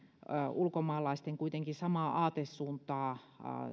ulkomaalaisten kuitenkin samaa aatesuuntaa